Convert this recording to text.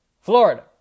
Florida